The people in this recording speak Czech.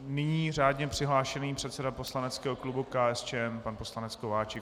Nyní řádně přihlášený předseda poslaneckého klubu KSČM pan poslanec Kováčik.